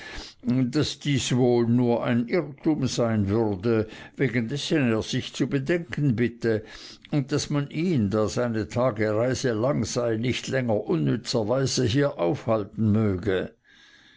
daß dies wohl nur ein irrtum sein würde wegen dessen er sich zu bedenken bitte und daß man ihn da seine tagereise lang sei nicht länger unnützerweise hier aufhalten möge